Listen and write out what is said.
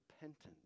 repentance